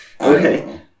Okay